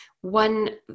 One